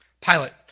Pilate